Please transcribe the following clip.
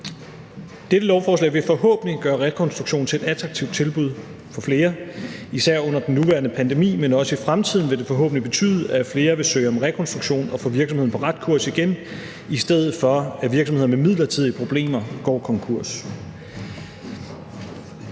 Dette lovforslag vil forhåbentlig gøre rekonstruktion til et attraktivt tilbud for flere, især under den nuværende pandemi, men også i fremtiden vil det forhåbentlig betyde, at flere vil søge om rekonstruktion og få virksomheden på ret kurs igen, i stedet for at virksomheder med midlertidige problemer går konkurs.